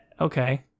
Okay